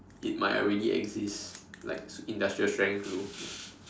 it might already exist like industrial strength glue